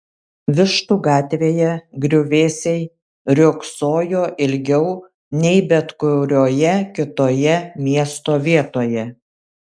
vištų gatvėje griuvėsiai riogsojo ilgiau nei bet kurioje kitoje miesto vietoje